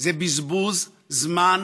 זה בזבוז זמן